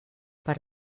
per